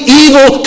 evil